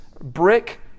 Brick